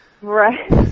Right